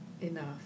enough